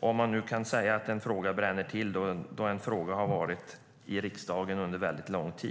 Om man nu kan säga att en fråga bränner till när den har diskuterats i riksdagen under mycket lång tid.